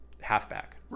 halfback